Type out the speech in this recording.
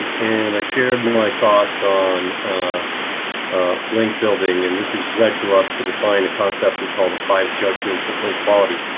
and i share my thoughts on link building and this is led to us to define the concept we call the five judgements of link quality.